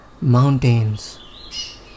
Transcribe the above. mountains